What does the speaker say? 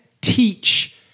teach